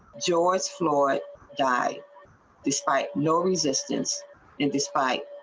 joy's floor guy despite no resistance in this fight.